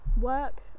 Work